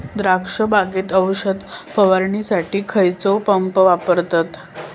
द्राक्ष बागेत औषध फवारणीसाठी खैयचो पंप वापरतत?